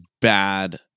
bad